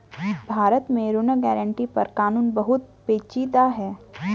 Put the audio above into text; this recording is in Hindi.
भारत में ऋण गारंटी पर कानून बहुत पेचीदा है